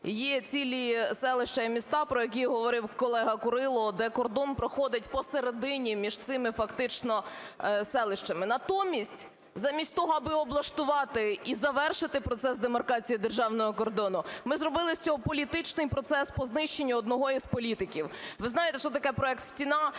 Є цілі селища і міста, про які говорив колега Курило, де кордон проходить посередині між цими фактично селищами. Натомість, замість того, аби облаштувати і завершити процес демаркації державного кордону, ми зробили з цього політичний процес по знищенню одного із політиків. Ви знаєте, що таке проект "Стіна".